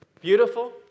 Beautiful